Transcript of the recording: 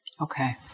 okay